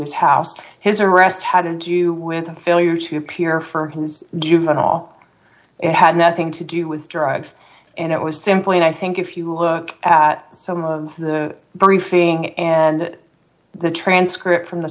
his house his arrest had to do with a failure to appear for his juvenile it had nothing to do with drugs and it was simply and i think if you look at some of the briefing and the transcript from the